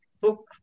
book